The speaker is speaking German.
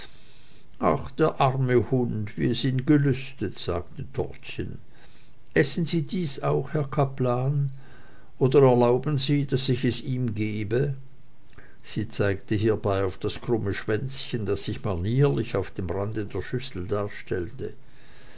ach der arme hund wie es ihn gelüstet sagte dortchen essen sie dies auch herr kaplan oder erlauben sie daß ich es ihm gebe sie zeigte hiebei auf das krumme schwänzchen das sich manierlich auf dem rande der schüssel darstellte